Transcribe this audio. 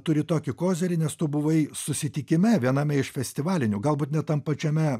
turi tokį kozirį nes tu buvai susitikime viename iš festivalinių galbūt net tam pačiame